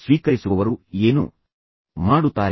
ಸ್ವೀಕರಿಸುವವರು ಏನು ಮಾಡುತ್ತಾರೆ